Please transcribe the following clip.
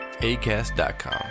ACAST.com